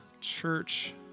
church